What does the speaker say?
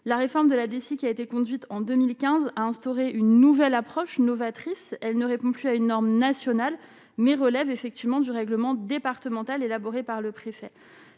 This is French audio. la réforme de la DSI, qui a été conduite en 2015 à instaurer une nouvelle approche novatrice, elle ne répond plus à une norme nationale mais relève effectivement du règlement départemental élaboré par le préfet,